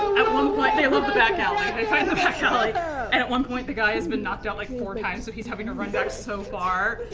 at one point they love the back alley. they fight in the back alley. and at one point, the guy has been knocked out like, four times, so he's having to run back so far.